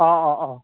অ অ অ